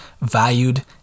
valued